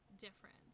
different